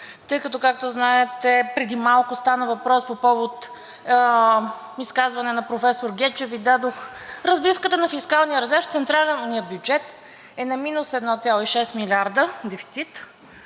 сметка. Както знаете, преди малко стана въпрос по повод изказване на професор Гечев и дадох разбивката на фискалния резерв – в централния бюджет е на минус 1,6 млрд. лв. дефицит